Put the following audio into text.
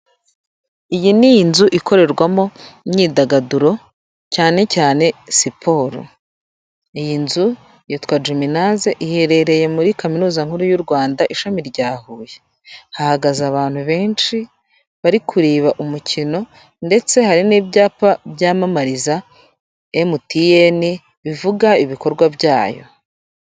Iyi ni inzu ikorerwamo imyidagaduro, cyane cyane siporo, iyi nzu yitwa Jimnez, iherereye muri kaminuza nkuru y'u Rwanda ishami rya Huye, hahagaze abantu benshi bari kureba umukino ndetse hari n'ibyapa byamamariza MTN bivuga ibikorwa byayo.